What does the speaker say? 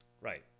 Right